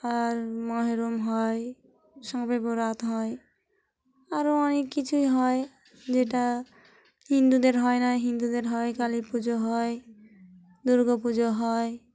আর মহরম হয় সবেবরাত হয় আরও অনেক কিছুই হয় যেটা হিন্দুদের হয় না হিন্দুদের হয় কালী পুজো হয় দুর্গা পুজো হয়